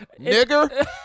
Nigger